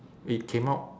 it came out